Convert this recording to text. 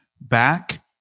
Back